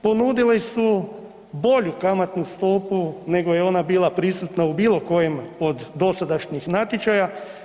Ponudili su bolju kamatnu stopu nego je ona bila prisutna u bilo kojem od dosadašnjih natječaja.